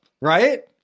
Right